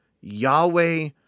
Yahweh